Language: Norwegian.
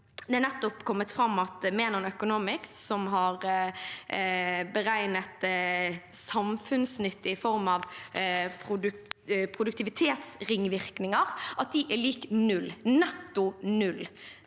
Menon Economics har beregnet at samfunnsnytte i form av produktivitetsringvirkninger er lik null – netto null.